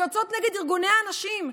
ויוצאות נגד ארגוני האנשים,